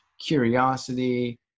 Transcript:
curiosity